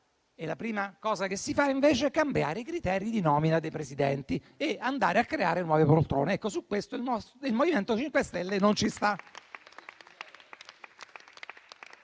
La prima cosa che si fa, invece, è cambiare i criteri di nomina dei presidenti e andare a creare nuove poltrone. Ecco, su questo il MoVimento 5 Stelle non ci sta.